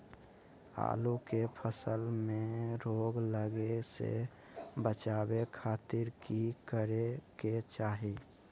आलू के फसल में रोग लगे से बचावे खातिर की करे के चाही?